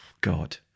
God